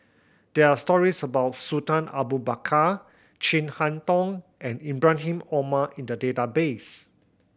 there are stories about Sultan Abu Bakar Chin Harn Tong and Ibrahim Omar in the database